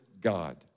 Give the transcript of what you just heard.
God